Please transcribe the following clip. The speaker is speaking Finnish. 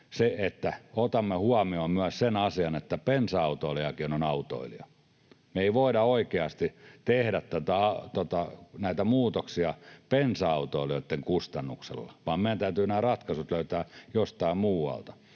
otamme huomioon myös sen asian, että bensa-autoilijakin on autoilija. Me ei voida oikeasti tehdä näitä muutoksia bensa-autoilijoitten kustannuksella, vaan meidän täytyy löytää nämä ratkaisut jostain muualta.